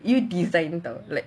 you design [tau] like